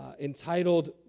entitled